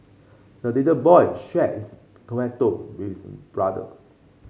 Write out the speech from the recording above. the little boy shared his tomato with brother